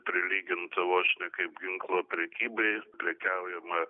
prilyginta vos ne kaip ginklo prekybai prekiaujama